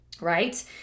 right